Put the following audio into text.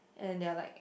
and then there are like